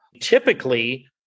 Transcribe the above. typically